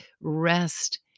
rest